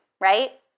right